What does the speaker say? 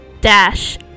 dash